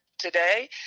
today